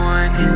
one